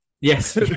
Yes